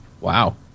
Wow